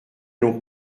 l’on